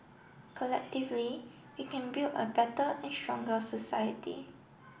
collectively we can build a better and stronger society